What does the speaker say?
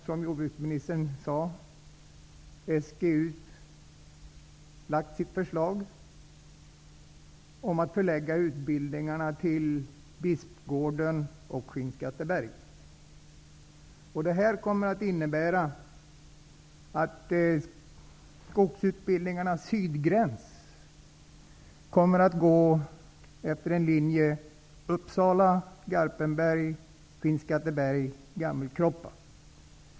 Som jordbruksministern sade, har nu SLU lagt fram sitt förslag om att förlägga utbildningarna till Bispgården och Skinnskatteberg. Det här kommer att innebära att skogsutbildningarnas sydgräns kommer att gå utefter linjen Uppsala-Garpenberg Skinnskatteberg-Gammelkroppa.